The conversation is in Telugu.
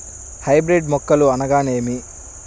హైబ్రిడ్ మొక్కలు అనగానేమి?